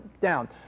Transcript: down